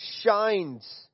shines